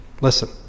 Listen